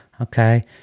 okay